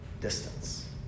distance